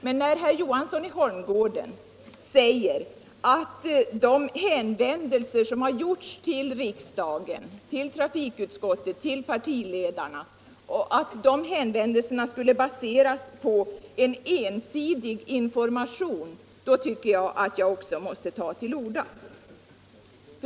Men när herr Johansson i Holmgården också sade att de hänvändelser som har gjorts till riksdagen — till trafikutskottet och till partiledarna — skulle baseras på en ensidig information, tyckte jag att jag måste ta till orda.